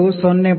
9 ಮಿ